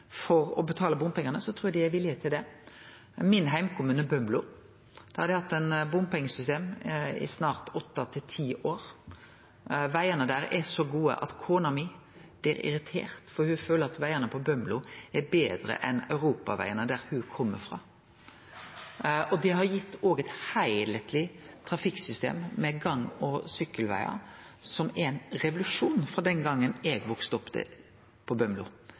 for å betale bompengar, trur eg dei er villige til det. I min heimkommune, Bømlo, har dei hatt eit bompengesystem i snart 8–10 år. Vegane der er så gode at kona mi blir irritert, for ho føler at vegane på Bømlo er betre enn europavegane der ho kjem frå. Det har òg gitt eit heilskapleg trafikksystem med gang- og sykkelvegar, som er ein revolusjon frå den gongen eg vaks opp på